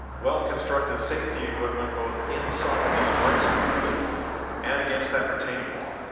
well-constructed safety equipment both inside these race cars and against that retaining wall.